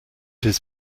his